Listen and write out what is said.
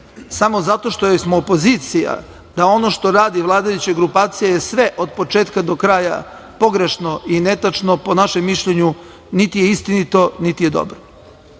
samo zato što smo opozicija, da ona što radi vladajuća grupacija, je sve od početka do kraja pogrešno i netačno, po našem mišljenju niti je istinito, niti je dobro. Kada